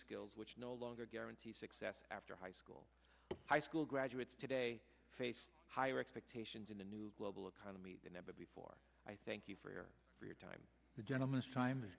skills which no longer guarantee success after high school high school graduates today face higher expectations in the new global economy than ever before i thank you for your time the gentleman's time